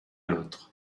l’autre